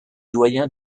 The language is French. doyen